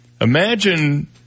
imagine